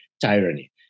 tyranny